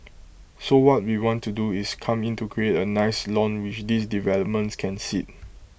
so what we want to do is come in to create A nice lawn which these developments can sit